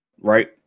right